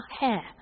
hair